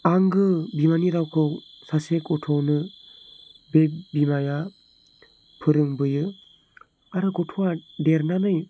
आंगो बिमानि रावखौ सासे गथ'नो बे बिमाया फोरोंबोयो आरो गथ'आ देरनानै